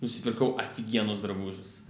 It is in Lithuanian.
nusipirkau afigienus drabužius